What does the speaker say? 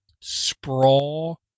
sprawl